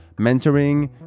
mentoring